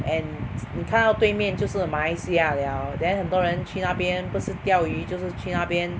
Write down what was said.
and 你看到对面就是马来西亚 liao then 很多人去那边不是钓鱼就是去那边